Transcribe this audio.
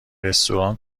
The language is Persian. رستوران